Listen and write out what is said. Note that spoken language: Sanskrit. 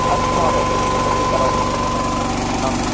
अस्तु महोदय तदपि करोमि आम्